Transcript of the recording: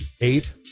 eight